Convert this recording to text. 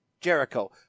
Jericho